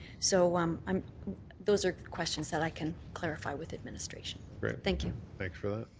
so um um those are questions that i can clarify with administration. thank you. thanks for that.